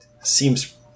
Seems